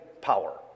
power